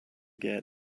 get